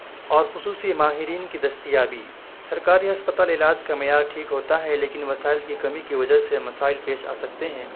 اور خصوصی ماہرین کی دستیابی سرکاری ہسپتال علاج کا معیار ٹھیک ہوتا ہے لیکن وسائل کی کمی کی وجہ سے مسائل پیش آ سکتے ہیں